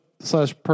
Slash